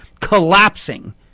collapsing